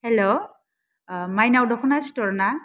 हेल' मायनाव दखना स्टर ना